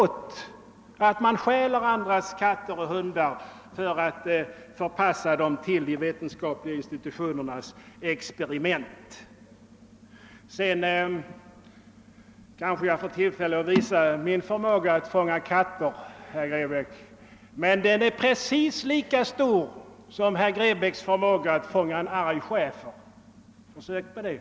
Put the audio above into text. Vad vi vill åt är just att folk stjäl andras katter och hundar för att förpassa dem till de vetenskapliga institutionernas experiment. Kanske jag får tillfälle att visa min förmåga att fånga katter, herr Grebäck. Den är precis lika stor som herr Grebäcks förmåga att fånga en arg schäfer. Försök med det!